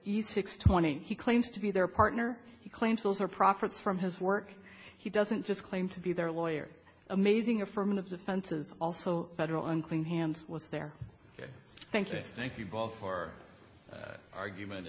each six twenty he claims to be their partner he claims those are profits from his work he doesn't just claim to be their lawyer amazing affirmative defense is also federal unclean hands with their thank you thank you both for argument